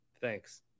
Thanks